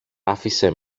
άφησε